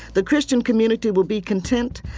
the christian community will be content,